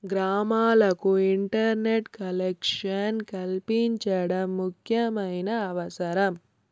గ్రామాలకు internet collection కల్పించడం ముఖ్యమైన అవసరం